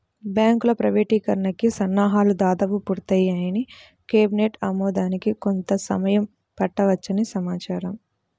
బ్యాంకుల ప్రైవేటీకరణకి సన్నాహాలు దాదాపు పూర్తయ్యాయని, కేబినెట్ ఆమోదానికి కొంత సమయం పట్టవచ్చని సమాచారం